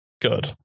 good